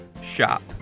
shop